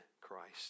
Christ